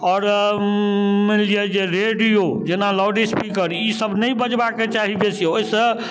आओर मानि लिअऽ जे रेडिओ जेना लाउडस्पीकर ईसब नहि बजेबाके चाही बेसी ओहिसँ